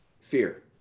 Fear